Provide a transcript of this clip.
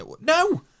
No